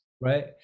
right